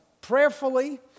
Prayerfully